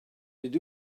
nid